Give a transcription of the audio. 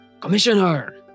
commissioner